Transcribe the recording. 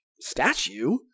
statue